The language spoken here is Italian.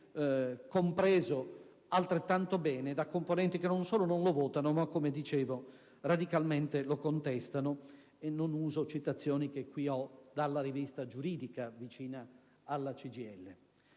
compreso altrettanto bene da componenti che non solo non lo votano ma, come dicevo, radicalmente lo contestano (e non riporto citazioni, che ho qui a portata di mano, dalla rivista giuridica vicina alla CGIL).